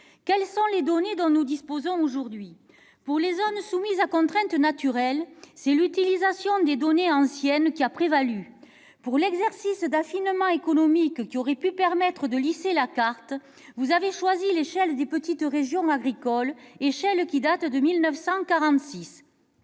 Quelles sont les données dont nous disposons aujourd'hui ? Pour les zones soumises à contraintes naturelles, c'est l'utilisation des données anciennes qui a prévalu. Pour l'exercice d'affinement économique qui aurait pu permettre de lisser la carte, vous avez choisi l'échelle des petites régions agricoles, échelle datant de 1946.